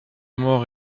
mort